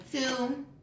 two